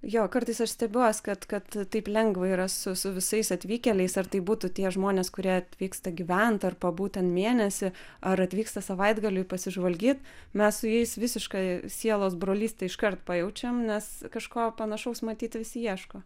jo kartais aš stebiuos kad kad taip lengva yra su su visais atvykėliais ar tai būtų tie žmonės kurie atvyksta gyvent ar pabūt ten mėnesį ar atvyksta savaitgaliui pasižvalgyt mes su jais visišką sielos brolystę iškart pajaučiam nes kažko panašaus matyt visi ieško